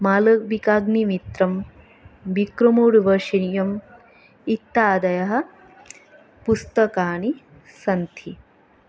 मालविकाग्निमित्रम्क्र विक्रमोर्वशीयम् इत्यादि पुस्तकानि सन्ति